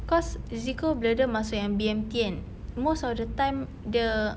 cause zeko brother masuk M~ B_M_T kan most of the time dia